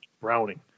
Browning